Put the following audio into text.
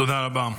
תודה רבה.